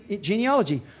genealogy